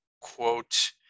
quote